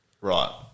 Right